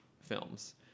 films